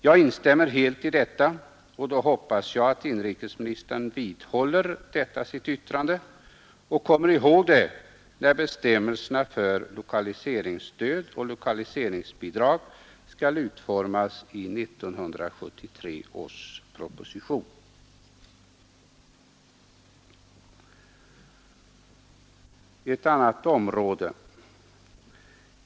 Jag instämmer helt i detta, och jag hoppas att inrikesministern vidhåller detta sitt yttrande och kommer ihåg det, när bestämmelserna för lokaliseringsstöd och lokaliseringsbidrag skall utformas i 1973 års proposition. Jag vill beröra ett annat område.